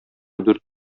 дүрт